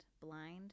blind